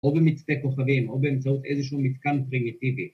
‫או במצפה כוכבים ‫או באמצעות איזשהו מתקן פרימיטיבי.